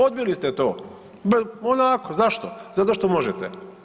Odbili ste to onako, zašto, zato što možete.